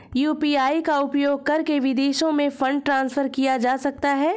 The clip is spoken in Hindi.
यू.पी.आई का उपयोग करके विदेशों में फंड ट्रांसफर किया जा सकता है?